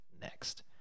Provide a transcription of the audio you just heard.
next